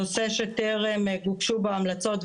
נושא שטרם גובשו בו המלצות,